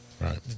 Right